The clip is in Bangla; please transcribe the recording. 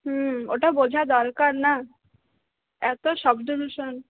হুম ওটা বোঝা দরকার না এতো শব্দ দূষণ